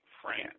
France